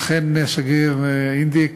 אכן, השגריר אינדיק